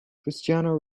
cristiano